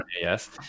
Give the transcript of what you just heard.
yes